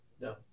No